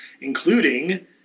including